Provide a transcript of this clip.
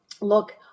Look